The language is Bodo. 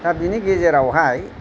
दा बेनि गेजेराव हाय